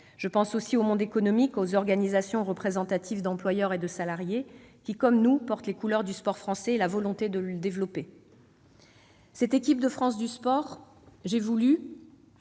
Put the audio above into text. Je pense enfin au monde économique et aux organisations représentatives d'employeurs et de salariés, qui, comme nous, portent les couleurs du sport français et la volonté de le développer. Cette équipe de France du sport, j'ai voulu-